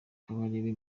kabarebe